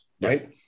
right